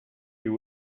you